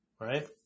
right